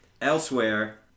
elsewhere